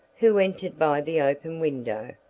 who entered by the open window,